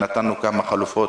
נתנו כמה חלופות: